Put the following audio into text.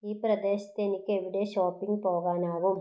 ഈ പ്രദേശത്ത് എനിക്ക് എവിടെ ഷോപ്പിംഗ് പോകാനാകും